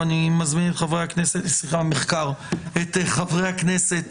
ואני מזמין את חברי הכנסת